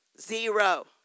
Zero